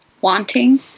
wanting